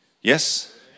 yes